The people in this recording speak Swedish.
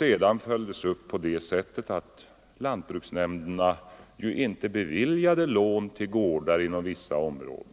Detta följdes sedan upp av lantbruksnämnderna på det sättet att de inte beviljade lån till gårdar inom vissa områden,